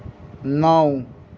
नौ